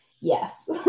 Yes